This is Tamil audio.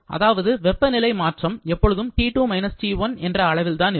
அதாவது வெப்பநிலை மாற்றம் எப்பொழுதும் T2 - T1 என்ற அளவில்தான் இருக்கும்